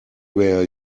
where